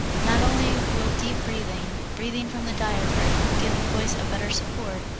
not only will deep breathing breathing from the diaphragm give the voice a better support,